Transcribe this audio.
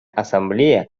ассамблея